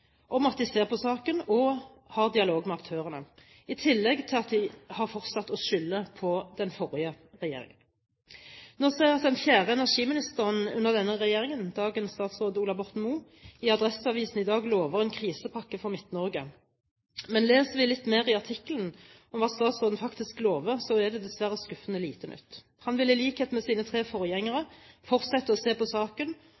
om at de ser på saken og har dialog med aktørene, i tillegg til at de har fortsatt å skylde på den forrige regjeringen. Nå ser jeg at den fjerde energiministeren under denne regjeringen, dagens statsråd Ola Borten Moe, i Adresseavisen i dag lover en krisepakke for Midt-Norge. Men leser vi litt mer i artikkelen om hva statsråden faktisk lover, er det dessverre skuffende lite nytt. Han vil, i likhet med sine tre